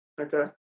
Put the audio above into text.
Okay